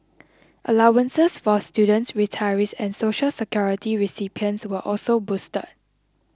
allowances for students retirees and Social Security recipients were also boosted